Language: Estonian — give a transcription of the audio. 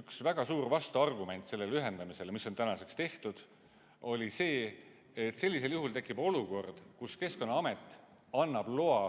Üks väga suur vastuargument sellele ühendamisele, mis on tänaseks tehtud, oli see, et sellisel juhul tekib olukord, kus Keskkonnaamet annab loa